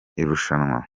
irushanwa